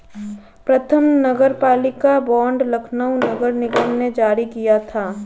प्रथम नगरपालिका बॉन्ड लखनऊ नगर निगम ने जारी किया था